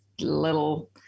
little